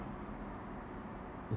is